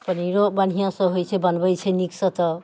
पनीरो बढ़िआँसँ होइत छै बनबैत छै नीकसँ तऽ